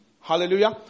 Hallelujah